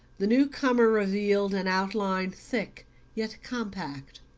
the newcomer revealed an outline thick yet compact,